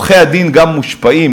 גם עורכי-הדין מושפעים,